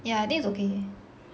yeah I think it's okay